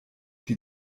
die